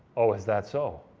oh, is that so?